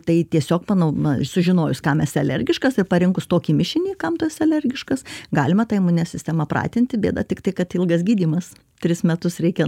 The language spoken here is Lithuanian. tai tiesiog panau na sužinojus kam esi alergiškas ir parinkus tokį mišinį kam tu esi alergiškas galima tą imuninę sistemą pratinti bėda tiktai kad ilgas gydymas tris metus reikia